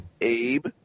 Abe